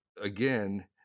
again